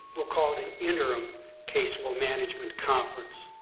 we'll call it an interim caseflow management conference.